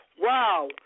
Wow